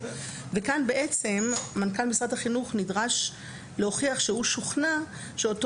כאן בעצם מנכ"ל משרד החינוך נדרש להוכיח שהוא שוכנע שאותו